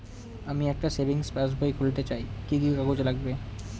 আমি একটি সেভিংস পাসবই খুলতে চাই কি কি কাগজ লাগবে?